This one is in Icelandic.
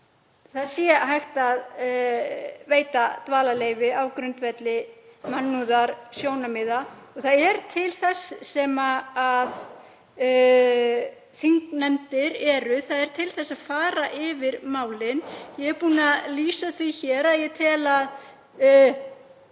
að hægt sé að veita dvalarleyfi á grundvelli mannúðarsjónarmiða. Það er til þess sem þingnefndir eru, til þess að fara yfir málin. Ég er búin að lýsa því hér að ég tel að